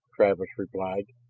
travis replied.